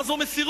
מה זו מסירות.